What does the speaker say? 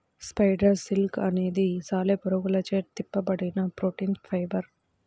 spider silk అనేది సాలెపురుగులచే తిప్పబడిన ప్రోటీన్ ఫైబర్